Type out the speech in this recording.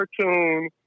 cartoon